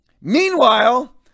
Meanwhile